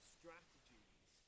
strategies